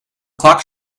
clock